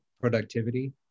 productivity